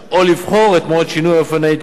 או לבחור את מועד שינוי אופן העדכון,